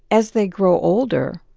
as they grow older,